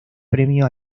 premio